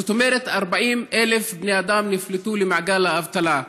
זאת אומרת ש-40,000 בני אדם נפלטו למעגל האבטלה.